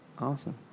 Awesome